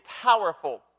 powerful